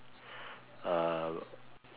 uh